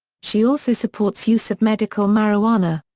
she also supports use of medical marijuana.